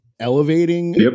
elevating